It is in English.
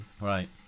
Right